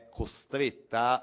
costretta